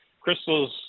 Crystal's